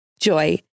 Joy